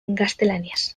gaztelaniaz